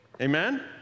Amen